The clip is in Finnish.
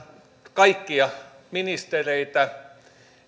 kaikkia ministereitä